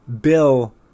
bill